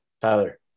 Tyler